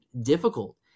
difficult